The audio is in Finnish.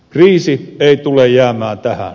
kriisi ei tule jäämään tähän